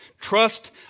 trust